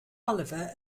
oliver